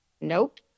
Nope